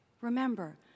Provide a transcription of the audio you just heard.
Remember